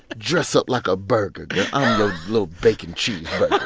dress up like a burger, girl. i'm your little bacon cheeseburger